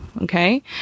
okay